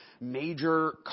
major